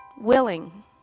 willing